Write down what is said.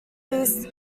east